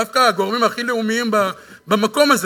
דווקא הגורמים הכי לאומיים במקום הזה,